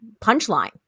punchline